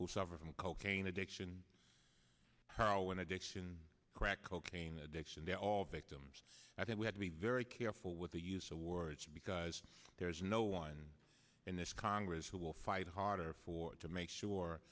who suffer from cocaine addiction when addiction crack cocaine addiction they're all victims i think we have be very careful with the use of war it's because there is no one in this congress who will fight harder for it to make sure